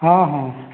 ହଁ ହଁ